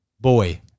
boy